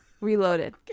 Reloaded